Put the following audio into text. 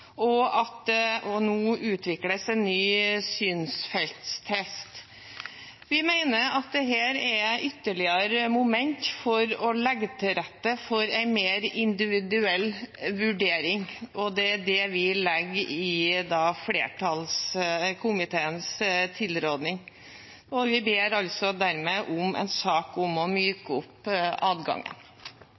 det nå utvikles en ny synsfeltstest. Vi mener at dette er ytterligere moment for å legge til rette for en mer individuell vurdering, og det er det vi legger i komiteens tilråding. Vi ber dermed om en sak om å myke opp adgangen.